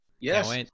Yes